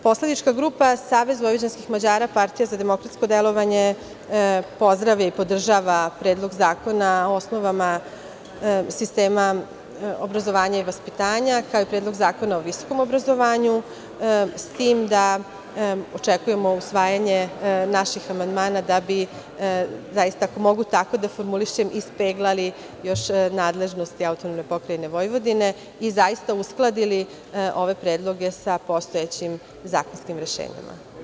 Poslanička grupa SVM Partija za demokratsko delovanje, pozdravlja i podržava Predlog zakona o osnovama sistema obrazovanja i vaspitanja, kao i Predlog zakona o visokom obrazovanju, s tim da očekujemo usvajanje naših amandmana da bi, ako mogu tako da formulišem, ispeglali još nadležnosti AP Vojvodine i zaista uskladili ove predloge sa postojećim zakonskim rešenjima.